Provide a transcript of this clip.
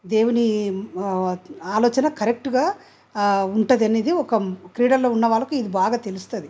దేవుని ఆలోచన కరెక్ట్గా ఉంటుంది అనేది ఒక క్రీడల్లో ఉన్న వాళ్ళకి ఇది బాగా తెలుస్తుంది